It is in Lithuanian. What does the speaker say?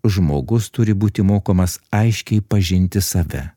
žmogus turi būti mokomas aiškiai pažinti save